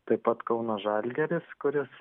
taip pat kauno žalgiris kuris